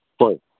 ꯍꯣꯏ